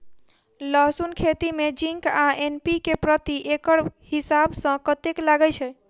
लहसून खेती मे जिंक आ एन.पी.के प्रति एकड़ हिसाब सँ कतेक लागै छै?